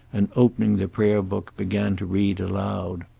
and opening the prayer-book, began to read aloud.